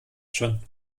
schon